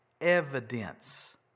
evidence